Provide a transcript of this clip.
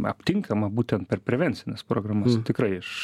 aptinkama būtent per prevencines programas tikrai aš